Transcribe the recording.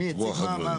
מי הציג מה.